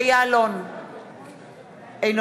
האמן